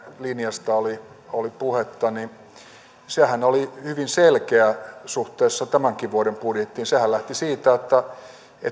linjasta oli oli puhetta niin sehän oli hyvin selkeä suhteessa tämänkin vuoden budjettiin sehän lähti siitä että